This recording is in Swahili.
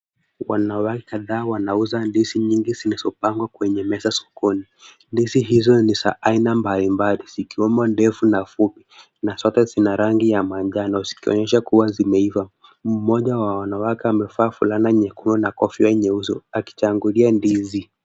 Wanawake kadhaa wanauza ndizi nyingi zilizopangwa kwenye meza sokoni. Ndizi hizo ni za aina mbalimbali, zikiwemo ndefu na fupi, na sote zina rangi ya manjano, zikionyesha kuwa zimeiva. Mmoja wa wanawake amevaa fulana nyekundu na kofia nyeusi, akichangulia ndizi.